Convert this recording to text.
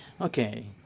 Okay